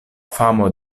famo